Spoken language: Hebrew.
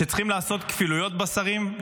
שצריכים לעשות כפילויות בשרים?